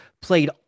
played